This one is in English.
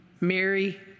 Mary